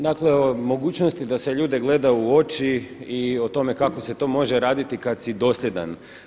Dakle o mogućnosti da se ljude gleda u oči i o tome kako se to može raditi kad si dosljedan.